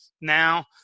now